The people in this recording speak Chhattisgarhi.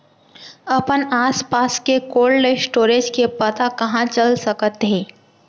अपन आसपास के कोल्ड स्टोरेज के पता कहाँ चल सकत हे?